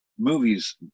movies